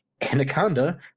Anaconda